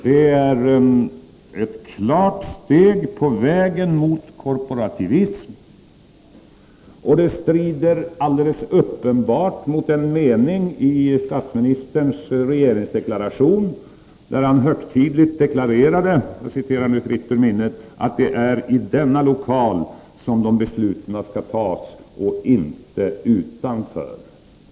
Det är ett klart steg på vägen mot korporativism, och det strider alldeles uppenbart mot en mening i statsministerns regeringsdeklaration, där han högtidligt deklarerade — jag citerar fritt ur minnet — att det är i denna lokal som besluten skall tas och inte utanför.